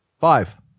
five